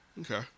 Okay